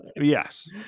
Yes